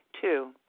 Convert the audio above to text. Two